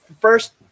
first